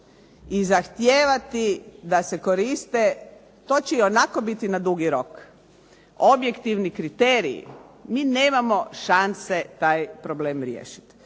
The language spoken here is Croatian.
i zahtijevati da se koriste to će ionako biti na dugi rok objektivni kriteriji. Mi nemamo šanse taj problem riješiti.